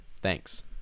Thanks